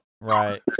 Right